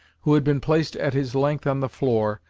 who had been placed at his length on the floor,